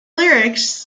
lyrics